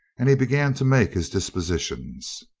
and he began to make his dispositions.